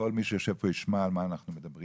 כדי שכל מי שיושב פה ישמע על מה אנחנו מדברים,